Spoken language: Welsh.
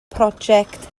project